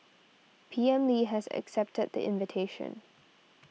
P M Lee has accepted the invitation